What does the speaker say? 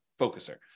focuser